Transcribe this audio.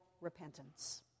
repentance